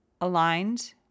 aligned